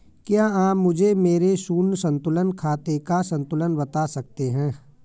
क्या आप मुझे मेरे शून्य संतुलन खाते का संतुलन बता सकते हैं?